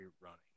running